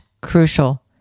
crucial